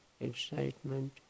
excitement